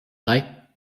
drei